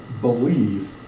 believe